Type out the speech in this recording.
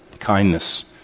kindness